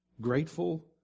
Grateful